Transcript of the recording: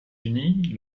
unis